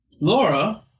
Laura